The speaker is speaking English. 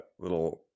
little